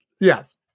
Yes